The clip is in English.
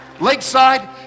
Lakeside